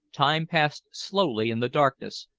time passed slowly in the darkness,